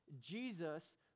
jesus